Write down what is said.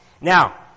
Now